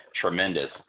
tremendous